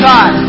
God